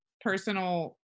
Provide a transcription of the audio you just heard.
personal